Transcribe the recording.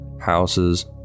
houses